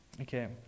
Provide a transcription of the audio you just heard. Okay